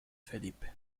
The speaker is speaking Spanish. felipe